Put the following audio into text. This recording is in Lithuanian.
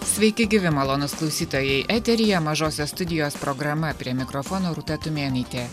sveiki gyvi malonūs klausytojai eteryje mažosios studijos programa prie mikrofono rūta tumėnaitė